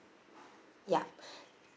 yup